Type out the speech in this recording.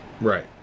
right